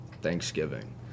Thanksgiving